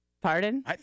Pardon